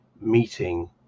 meeting